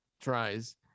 tries